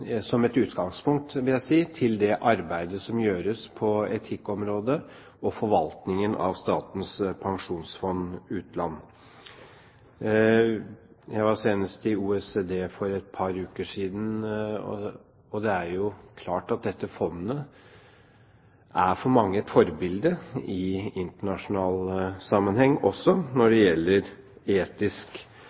som et utgangspunkt vil jeg si, til det arbeidet som gjøres på etikkområdet og i forvaltningen av Statens pensjonsfond – Utland. Jeg var senest i OECD for et par uker siden, og det er klart at dette fondet for mange er et forbilde i internasjonal sammenheng, også når det gjelder etisk